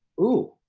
ooh!